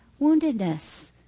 woundedness